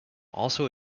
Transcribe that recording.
also